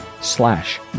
slash